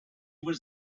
was